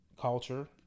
culture